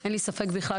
אין לי ספק בכלל